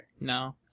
No